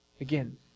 Again